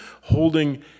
holding